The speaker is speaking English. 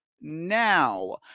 now